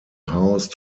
house